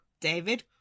David